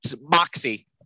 moxie